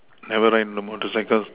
never ride a motorcycles